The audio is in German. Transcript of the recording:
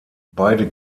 beide